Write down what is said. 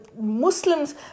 Muslims